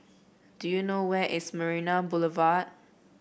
do you know where is Marina Boulevard